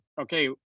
okay